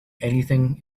anything